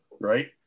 right